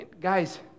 guys